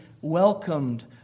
welcomed